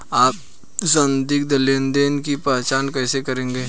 आप संदिग्ध लेनदेन की पहचान कैसे करेंगे?